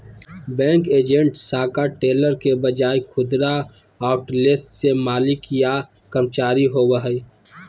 bank agent शाखा teller के बजाय खुदरा आउटलेट के मालिक या कर्मचारी होवो हइ